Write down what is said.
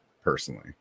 personally